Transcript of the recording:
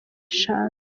eshanu